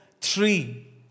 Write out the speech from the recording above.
Three